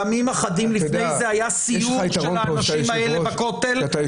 ימים אחדים לפני זה היה סיור של האנשים האלה בכותל --- אתה יודע,